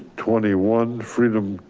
twenty one freedom.